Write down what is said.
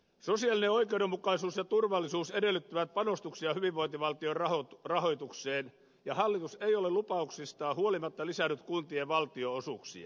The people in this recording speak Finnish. sosiaalinen oikeudenmukaisuus ja turvallisuus edellyttävät panostuksia hyvinvointivaltion rahoitukseen ja hallitus ei ole lupauksistaan huolimatta lisännyt kuntien valtionosuuksia